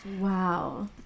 wow